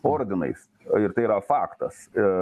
ordinais ir tai yra faktas